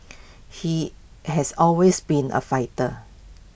he has always been A fighter